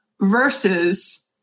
versus